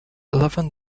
eleven